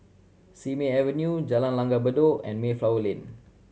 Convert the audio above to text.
Simei Avenue Jalan Langgar Bedok and Mayflower Lane